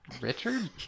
Richard